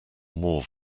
more